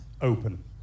Open